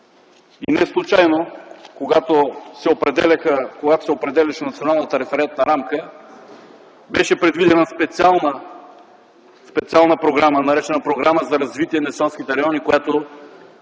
Неслучайно, когато се определяше Националната референтна рамка, беше предвидена специална програма, наречена Програма за развитие на селските райони,